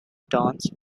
dance